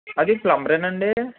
అది ప్లంబర్ అండి